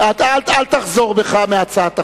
אתה אל תחזור בך מהצעת החוק.